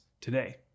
today